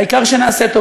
העיקר שנעשה טוב.